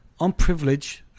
unprivileged